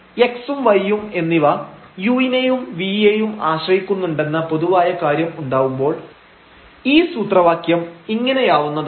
x ഉം y ഉം എന്നിവ u നെയും v യേയും ആശ്രയിക്കുന്നുണ്ടെന്ന പൊതുവായ കാര്യം ഉണ്ടാവുമ്പോൾ ഈ സൂത്രവാക്യം ഇങ്ങനെയാവുന്നതാണ്